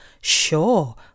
sure